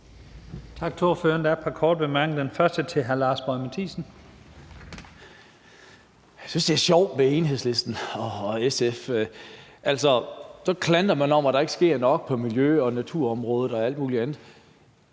er til hr. Lars Boje Mathiesen. Kl. 12:07 Lars Boje Mathiesen (UFG): Jeg synes, det er sjovt med Enhedslisten og SF. Altså, så klager man over, at der ikke sker nok på miljø- og naturområdet og alt muligt andet.